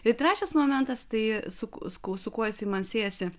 ir trečias momentas tai su su su kuo jisai man siejasi